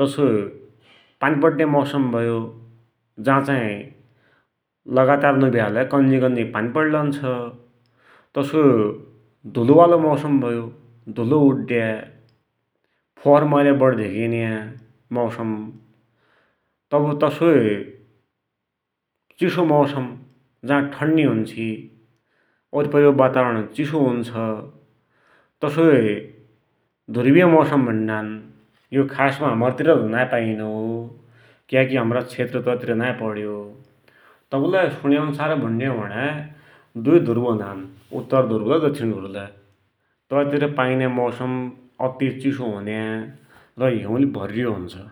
तसोई पानी पड़या मौसम भयो, जो चाही लगातार नपड्यालैले कन्जी कन्जी पानी पडन्छ, तसोइ धुलोवालो मौसम भयो, धुलो उड़या, फोहरमैला वाडी धेकिन्या, मौसम, तब तसोइ चिसो मौसम जा ठण्डी हुन्छी, ओरिपरिको वातावरण चिसो हुन्छ, तसोई ध्रुविय मौसम, भुष्णात यो खास‌मा हमरीतिर त नाई पाइनो, क्याकी हमरो क्षेत्र तैं तिर नाई पड्‌यो, तसोइले सुन्या अन्सार भुण्यौ भुण्या दुई ध्रुव हुनान उत्तर ध्रुवले दक्षिण ध्रुवलै ते तिर पाइन्य मौसम अति चिसो हुन्या र हिउँले भरियो हुन्छ।